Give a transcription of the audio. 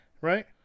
right